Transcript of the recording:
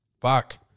Fuck